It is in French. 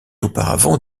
auparavant